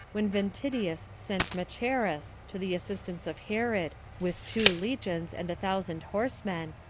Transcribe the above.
when ventidius sent macheras to the assistance of herod, with two legions, and a thousand horsemen,